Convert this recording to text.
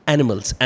Animals